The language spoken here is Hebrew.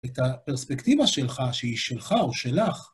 את הפרספקטיבה שלך, שהיא שלך או שלך.